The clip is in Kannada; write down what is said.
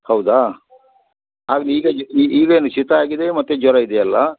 ಹೌದಾ ಆಗ್ಲಿ ಈಗ ಈಗೇನು ಶೀತ ಆಗಿದೆ ಮತ್ತು ಜ್ವರ ಇದೆಯಲ್ಲಾ